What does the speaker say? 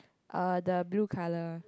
uh the blue color